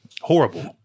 Horrible